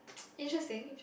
interesting interesting